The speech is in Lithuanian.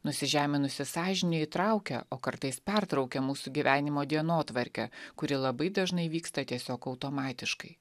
nusižeminusi sąžinė įtraukia o kartais pertraukia mūsų gyvenimo dienotvarkę kuri labai dažnai vyksta tiesiog automatiškai